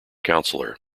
counselor